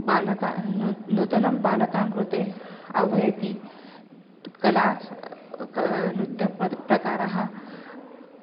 बालकाः नू नूतनं बालकान् कृते आह्वयति कला नृत्यं प्रकारः